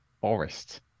Forest